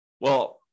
well-